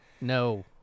no